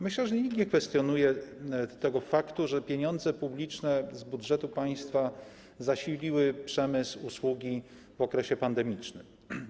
Myślę, że nikt nie kwestionuje faktu, że pieniądze publiczne z budżetu państwa zasiliły przemysł i usługi w okresie pandemicznym.